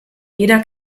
jeder